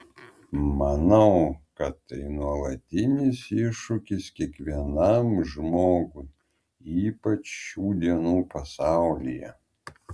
manau kad tai nuolatinis iššūkis kiekvienam žmogui ypač šių dienų pasaulyje